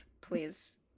Please